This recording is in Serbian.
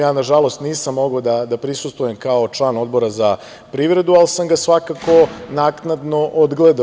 Ja nažalost nisam mogao da prisustvujem, kao član Odbora za privredu, ali sam ga svakako naknadno odgledao.